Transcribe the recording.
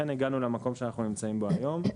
וכך הגענו למקום שאנחנו נמצאים בו היום.